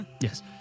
Yes